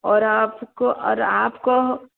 और आपको और आपको